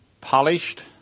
polished